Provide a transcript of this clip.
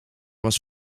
was